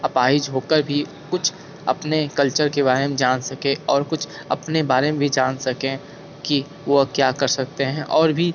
अपाहिज होकर भी कुछ अपने कल्चर के बारे में जान सकें और कुछ अपने बारे में भी जान सकें कि वह क्या कर सकते हैं और भी